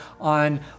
on